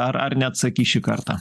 ar ar neatsakys šį kartą